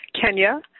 Kenya